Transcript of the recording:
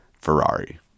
Ferrari